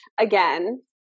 again